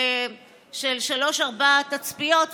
שלוש-ארבע תצפיות,